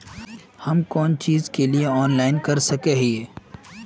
हम कोन चीज के लिए ऑनलाइन कर सके हिये?